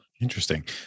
Interesting